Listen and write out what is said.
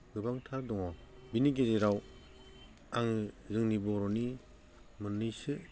गोबांथार दङ बिनि गेजेराव आं जोंनि बर'नि मोननैसो